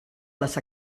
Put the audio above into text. les